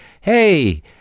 Hey